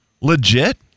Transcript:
legit